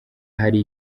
hari